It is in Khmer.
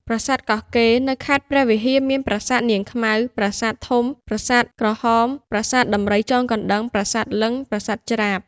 ប្រាសាទកោះកេរ នៅខេត្តព្រះវិហាមាន ប្រសាទនាងខ្មៅ ប្រសាទធំ ប្រាសាទក្រហម ប្រាសាទដំរីចងកណ្តឹង ប្រាសាទលិង្គ ប្រាសាទច្រាប។